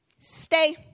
stay